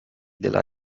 della